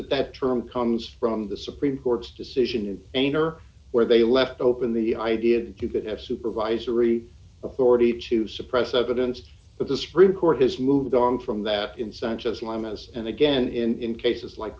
that that term comes from the supreme court's decision in an er where they left open the idea that you could have supervisory authority to suppress evidence but the supreme court has moved on from that incentives limas and again in cases like